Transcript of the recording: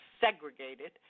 segregated